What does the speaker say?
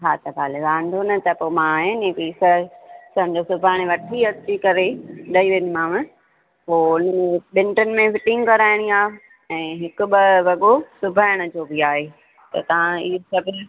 हा त भले वांधो न त पोइ आहे नी पैसा सम्झो सुभाणे वठी अची करे ॾेई वेंदीमांव पोइ ॿिनि टिनि में फिटिंग कराइणी आ ऐं हिकु ॿ वगो सिबाइण जो बि आहे त तव्हां ई सभिनी